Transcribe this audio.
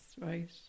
right